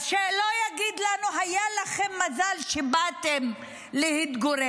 אז שלא יגיד לנו: היה לכם מזל שבאתם להתגורר.